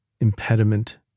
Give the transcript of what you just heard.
impediment